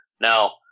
Now